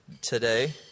today